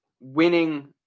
winning